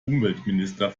umweltminister